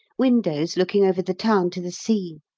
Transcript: windows looking over the town to the sea.